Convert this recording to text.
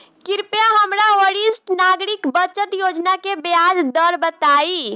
कृपया हमरा वरिष्ठ नागरिक बचत योजना के ब्याज दर बताई